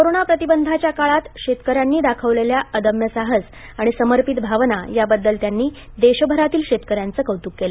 corona प्रतिबंधाच्या काळांत शेतकऱ्यांना दाखवलेल्या अदम्य साहस आणि समर्पित भावना याबद्दल त्यांनी देशभरातील शेतकऱ्यांचं कौतुक केलं